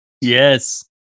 Yes